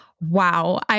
Wow